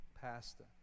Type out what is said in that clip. pastor